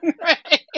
Right